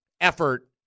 effort